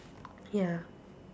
ya